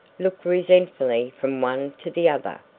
looked resentfully from one to the other,